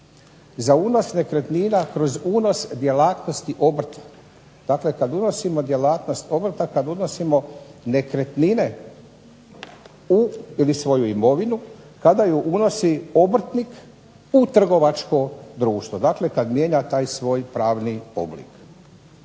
za ulaz nekretnina kroz unos djelatnosti obrta. Dakle, kad unosimo djelatnost obrta, kad unosimo nekretnine u ili svoju imovinu, kada ju unosi obrtnik u trgovačko društvo, dakle kad mijenja taj svoj pravni oblik.